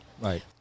Right